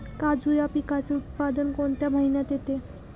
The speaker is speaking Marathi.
काजू या पिकाचे उत्पादन कोणत्या महिन्यात येते?